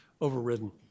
overridden